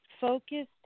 focused